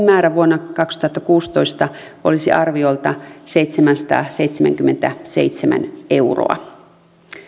määrä vuonna kaksituhattakuusitoista olisi arviolta seitsemänsataaseitsemänkymmentäseitsemän euroa